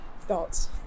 Thoughts